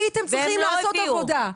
הייתם צריכים לעשות עבודה.